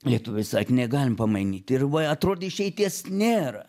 lietuviai sakė negalim pamainyt ir va atrodė išeities nėra